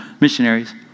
missionaries